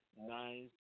nice